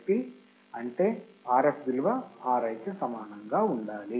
కాబట్టి అంటే Rf విలువ Ri కి సమానంగా ఉండాలి